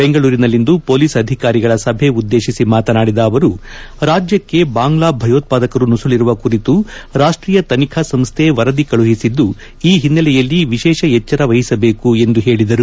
ಬೆಂಗಳೂರಿನಲ್ಲಿಂದು ಪೊಲೀಸ್ ಅಧಿಕಾರಿಗಳ ಸಭೆ ಉದ್ದೇತಿಸಿ ಮಾತನಾಡಿದ ಅವರು ರಾಜ್ಯಕ್ಕೆ ಬಾಂಗ್ಲಾ ಭಯೋತ್ವಾದಕರು ನುಸುಳರುವ ಕುರಿತು ರಾಷ್ಟೀಯ ತನಿಖಾ ಸಂಸ್ಥೆ ವರದಿ ಕಳುಹಿಸಿದ್ದು ಈ ಹಿನ್ನೆಲೆಯಲ್ಲಿ ವಿಶೇಷ ಎಚ್ದರ ವಹಿಸಬೇಕು ಎಂದು ಹೇಳದರು